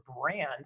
brand